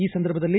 ಈ ಸಂದರ್ಭದಲ್ಲಿ